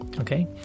okay